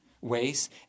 Ways